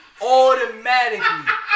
automatically